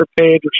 page